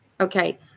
Okay